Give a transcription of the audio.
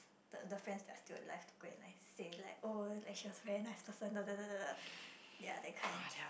the the friends that are still alive to go and like say like oh she was very nice person da da da da ya that kind